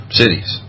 cities